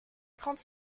trente